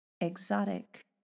exotic